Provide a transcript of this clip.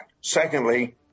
Secondly